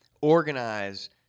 organize